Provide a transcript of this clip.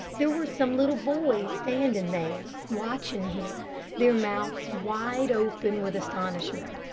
there were some little boys standing there, watching him, their mouths wide open with astonishment.